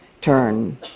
turn